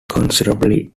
considerably